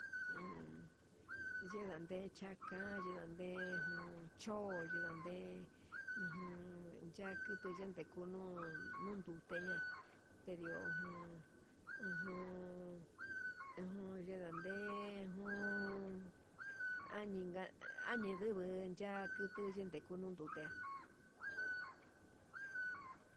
He yindande cha'a kayo'o ndade jun cho'o ndande, ujun yankete kunuu uun ngunduté ña'a tendió jun ujun, ujun yendande'e jun añinga añindunguu ya kedende kununduu ndea.